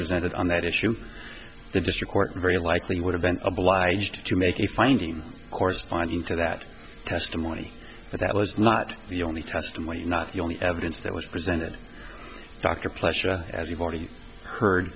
presented on that issue the district court very likely would have been obliged to make a finding corresponding to that testimony but that was not the only testimony not the only evidence that was presented dr pleasure as you've already heard